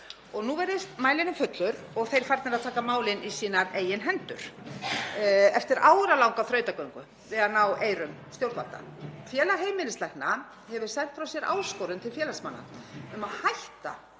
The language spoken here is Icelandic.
Nú virðist mælirinn fullur og þeir farnir að taka málin í sínar eigin hendur eftir áralanga þrautagöngu við að ná eyrum stjórnvalda. Félag íslenskra heimilislækna hefur sent frá sér áskorun til félagsmanna um að hætta